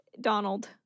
Donald